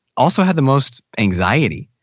also had the most anxiety.